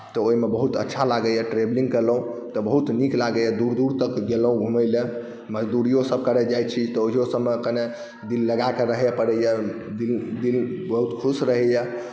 तऽ ओहिमे बहुत अच्छा लागैए ट्रेवलिंग केलहुँ तऽ बहुत नीक लागैए दूर दूर तक गेलहुँ घुमय लेल मजदूरीओसभ करय जाइत छी तऽ ओहोसभमे कने दिल लगा कऽ रहय पड़ैए दिल बहुत खुश रहैए